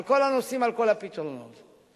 כל הפתרונות בכל הנושאים.